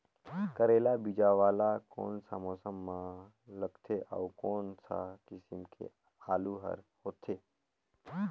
करेला बीजा वाला कोन सा मौसम म लगथे अउ कोन सा किसम के आलू हर होथे?